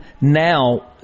now